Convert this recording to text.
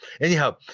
Anyhow